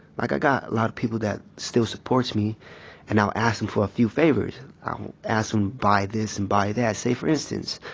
like i got a lot of people that still support me and i'll ask them for a few favors. i'll ask them buy this and buy that. say for instance,